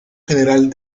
general